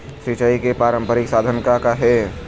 सिचाई के पारंपरिक साधन का का हे?